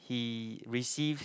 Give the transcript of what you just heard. he receive